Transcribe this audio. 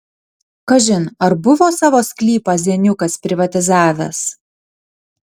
kažin ar buvo savo sklypą zeniukas privatizavęs